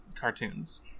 cartoons